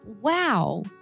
Wow